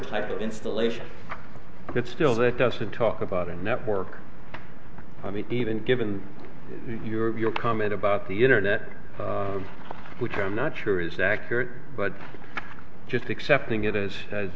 type of installation that still that doesn't talk about a network i mean even given your comment about the internet which i'm not sure is accurate but just accepting it as as